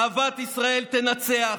אהבת ישראל תנצח.